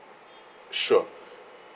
sure